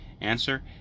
Answer